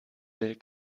will